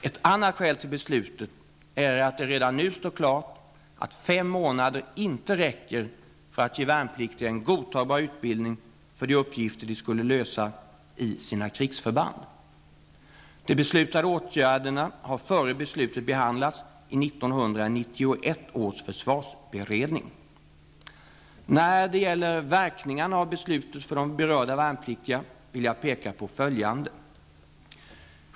Ett annat skäl till beslutet är att det redan nu står klart att fem månader inte räcker för att ge värnpliktiga en godtagbar utbildning för de uppgifter de skall lösa i sina krigsförband. De beslutade åtgärderna har före beslutet behandlats i 1991 års försvarsberedning . När det gäller verkningarna av beslutet för de berörda värnpliktiga vill jag peka på följande.